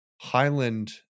Highland